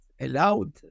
allowed